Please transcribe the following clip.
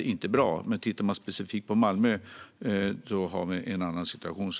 inte är bra. Tittar man specifikt på Malmö har vi en annan situation.